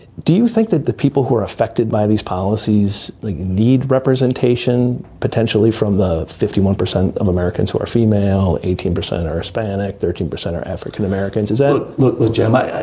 do you think that the people who are affected by these policies like need representation potentially from fifty one percent of americans who are female? eighteen percent are hispanic thirteen percent are african-americans as ah legitimate. yeah